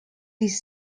this